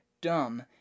dumb